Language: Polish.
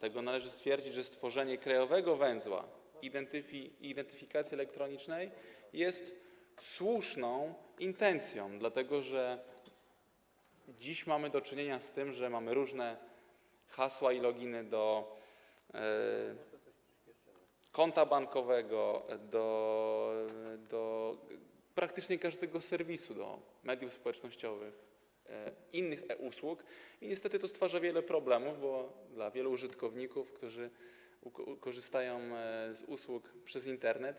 Trzeba stwierdzić, że intencja stworzenia krajowego węzła identyfikacji elektronicznej jest słuszna, dlatego że dziś mamy do czynienia z tym, że mamy różne hasła i loginy do konta bankowego, praktycznie do każdego serwisu, do mediów społecznościowych, innych usług i niestety to stwarza wiele problemów, bo dla wielu użytkowników, którzy korzystają z usług przez Internet,